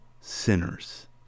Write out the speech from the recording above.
sinners